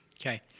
Okay